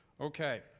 Okay